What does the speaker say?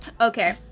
Okay